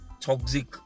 toxic